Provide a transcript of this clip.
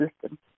system